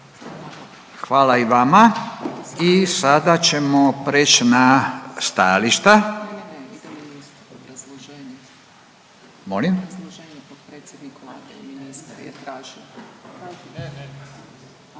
Hvala i vama. I sada ćemo preći na stajališta.